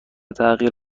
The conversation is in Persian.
تغییر